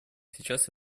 сейчас